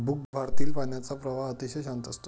भूगर्भातील पाण्याचा प्रवाह अतिशय शांत असतो